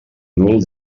nul